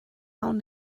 awn